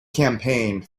campaigned